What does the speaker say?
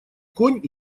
конь